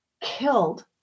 killed